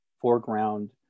foreground